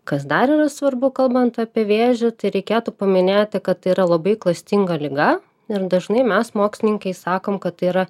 kas dar yra svarbu kalbant apie vėžį tai reikėtų paminėti kad tai yra labai klastinga liga ir dažnai mes mokslininkai sakom kad tai yra